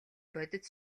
бодит